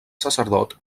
sacerdot